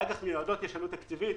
לאג"ח מיועדות יש עלות תקציבית